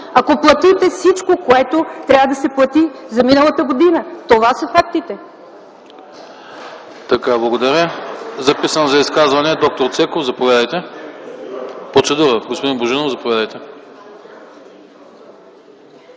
ако платите всичко, което трябва да се плати за миналата година. Това са фактите!